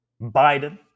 Biden